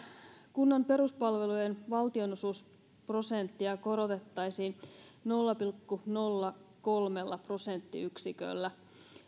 kunnan peruspalvelujen valtionosuusprosenttia korotettaisiin nolla pilkku nolla kolme prosenttiyksiköllä